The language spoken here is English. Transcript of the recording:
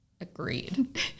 Agreed